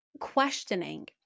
questioning